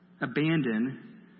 abandon